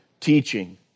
teaching